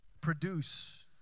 produce